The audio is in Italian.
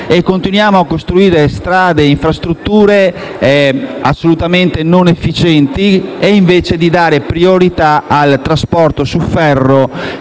Continuiamo a costruire strade e infrastrutture assolutamente non efficienti invece di dare priorità al trasporto su ferro,